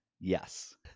Yes